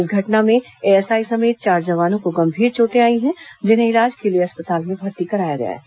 इस घटना में एएसआई समेत चार जवानों को गंभीर चोटें आई हैं जिन्हें इलाज के लिए अस्पताल में भर्ती कराया गया है